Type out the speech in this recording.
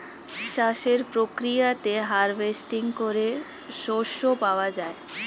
চাষের প্রক্রিয়াতে হার্ভেস্টিং করে শস্য পাওয়া যায়